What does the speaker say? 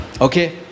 Okay